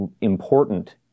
important